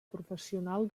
professional